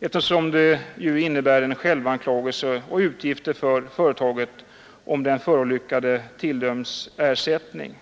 eftersom det ju innebär en självanklagelse och utgifter för företaget om den förolyckade tilldöms ersättning.